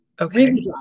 Okay